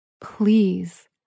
please